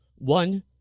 One